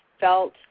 felt